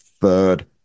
third